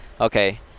okay